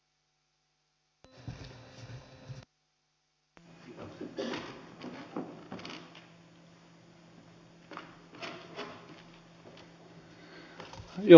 arvoisa puhemies